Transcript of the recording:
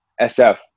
sf